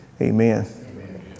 Amen